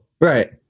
Right